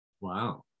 Wow